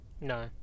No